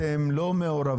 אתם לא מעורבים,